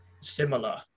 similar